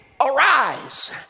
arise